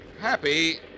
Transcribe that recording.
Happy